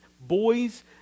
boys